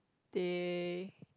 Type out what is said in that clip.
they